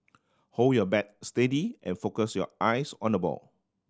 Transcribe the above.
hold your bat steady and focus your eyes on the ball